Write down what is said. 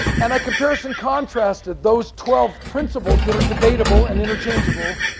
and i compares and contrast those twelve principles that are debatable and interchangeable